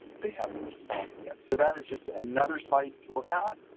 they haven't responded yet. so that is just another site to look at